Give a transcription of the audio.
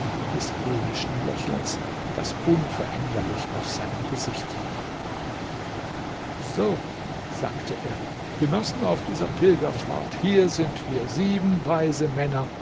des höhnischen lächelns das unveränderlich auf seinem gesichte lag so sagte er genossen auf dieser pilgerfahrt hier sind wir sieben weise männer